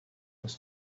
was